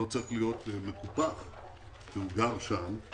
הוא לא צריך להיות מקופח כי הוא גר שם.